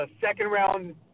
second-round